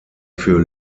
für